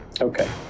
okay